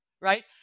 right